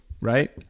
right